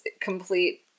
complete